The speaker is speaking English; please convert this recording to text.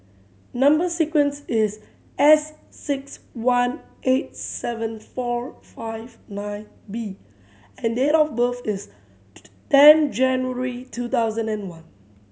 number sequence is S six one eight seven four five nine B and date of birth is ten January two thousand and one